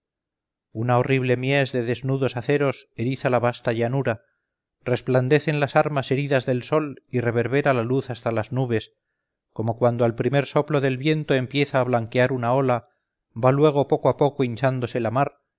una horrible mies de desnudos aceros eriza la vasta llanura resplandecen las armas heridas del sol y reverbera la luz hasta las nubes como cuando al primer soplo del viento empieza a blanquear una ola va luego poco a poco hinchándose la mar